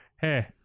hey